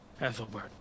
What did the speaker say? Ethelbert